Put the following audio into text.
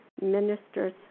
Minister's